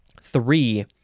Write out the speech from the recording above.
Three